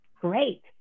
Great